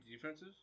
defenses